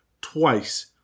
twice